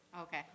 Okay